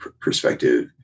perspective